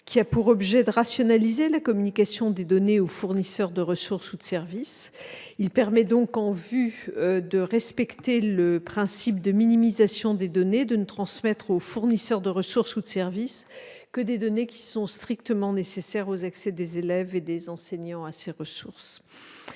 », dont l'objet est de rationaliser la communication des données aux fournisseurs de ressources ou de services. Cet outil permet donc, en vue de respecter le principe de minimisation des données, de ne transmettre aux fournisseurs de ressources ou de services que des données strictement nécessaires aux accès des élèves et des enseignants à ces ressources.